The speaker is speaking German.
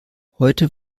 heute